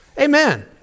Amen